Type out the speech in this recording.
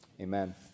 Amen